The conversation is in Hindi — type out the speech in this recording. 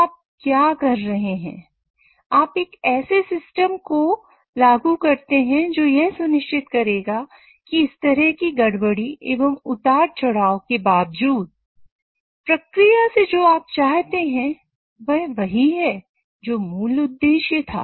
तो आप क्या कर रहे हैं आप एक ऐसे सिस्टम को को लागू करते हैं जो यह सुनिश्चित करेगा कि इस तरह की गड़बड़ी एवं उतार चढ़ाव के बावजूद प्रक्रिया से जो आप आते हैं वह वही है जो मूल उद्देश्य था